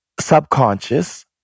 subconscious